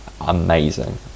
amazing